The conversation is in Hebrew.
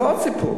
זה עוד סיפור,